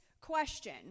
question